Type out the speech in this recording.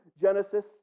Genesis